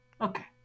Okay